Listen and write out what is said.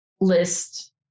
list